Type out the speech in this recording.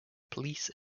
police